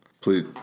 Please